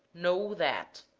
know that